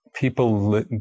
people